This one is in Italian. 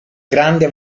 grande